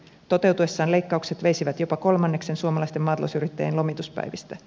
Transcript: toteutuessaan leikkaukset veisivät jopa kolmanneksen suomalaisten maatalousyrittäjien lomituspäivistä